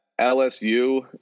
LSU